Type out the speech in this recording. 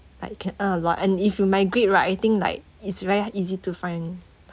like can earn a lot and if you migrate right I think like it's very easy to find